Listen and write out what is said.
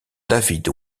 david